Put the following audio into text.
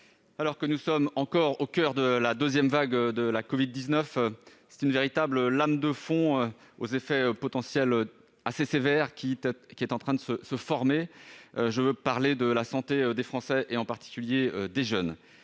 alors que nous sommes encore au coeur de la deuxième vague de covid-19, c'est une véritable lame de fond, aux effets potentiels sévères, qui est en train de se former. L'enjeu, c'est la santé des Français, en particulier celle des jeunes.